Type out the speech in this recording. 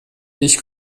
ich